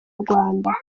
rwanda